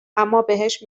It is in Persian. امابهش